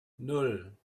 nan